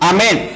Amen